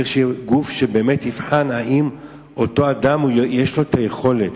צריך שיהיה גוף שיבחן אם אותו אדם, יש לו יכולת.